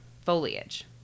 foliage